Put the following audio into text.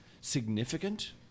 significant